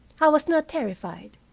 i was not terrified.